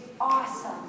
awesome